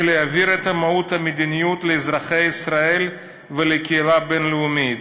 ולהבהיר את מהות המדיניות לאזרחי ישראל ולקהילה הבין-לאומית.